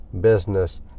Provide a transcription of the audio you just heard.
business